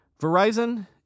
Verizon